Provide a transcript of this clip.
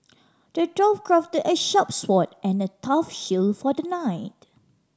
the dwarf crafted a sharp sword and a tough shield for the knight